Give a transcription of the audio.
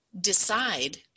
decide